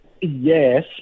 Yes